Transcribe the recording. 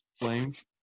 Flames